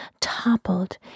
toppled